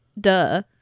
duh